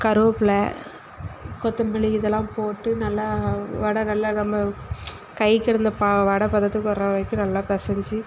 கருவேப்பிலை கொத்தமல்லி இதெல்லாம் போட்டு நல்லா வடை நல்லா நம்ம கைக்கு இருந்த வடை பதத்துக்கு வர வரைக்கும் நல்லா பெசைஞ்சி